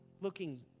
looking